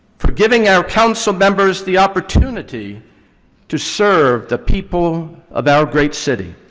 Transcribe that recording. for giving our councilmembers the opportunity to serve the people of our great city.